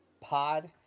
pod